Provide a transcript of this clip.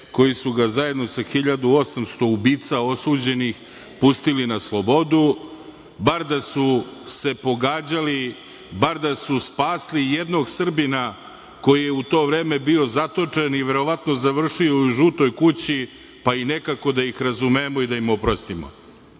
koji su ga zajedno sa 1.800 ubica osuđenih pustili na slobodu. Bar da su se pogađali, bar da su spasli jednog Srbina koji je u to vreme bio zatočen i verovatno završio u Žutoj kući, pa i nekako da ih razumemo i da im oprostimo. Pravni